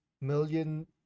million